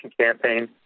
campaign